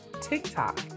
tiktok